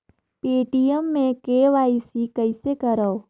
Paytm मे KYC कइसे करव?